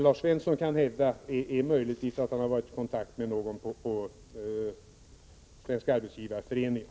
Lars Svensson kan möjligtvis ha varit i kontakt med någon på Svenska arbetsgivareföreningen.